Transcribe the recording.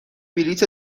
بلیط